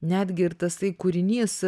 netgi ir tasai kūrinys